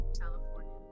California